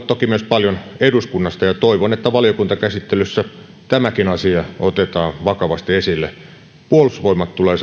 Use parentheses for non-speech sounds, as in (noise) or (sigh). (unintelligible) toki myös paljon eduskunnasta ja toivon että valiokuntakäsittelyssä tämäkin asia otetaan vakavasti esille puolustusvoimat tulee (unintelligible)